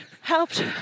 helped